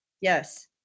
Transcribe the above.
Yes